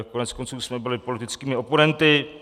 Koneckonců jsme byli politickými oponenty.